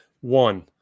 One